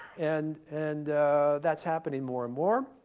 and and that's happening more and more.